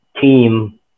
team